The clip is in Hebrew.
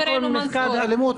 חברנו מנסור.